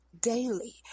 daily